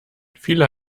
viele